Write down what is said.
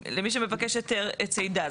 למי שמבקש היתר צידה.